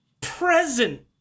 present